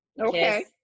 Okay